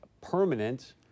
permanent